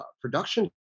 production